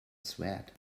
sweat